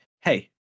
hey